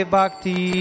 Bhakti